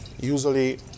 Usually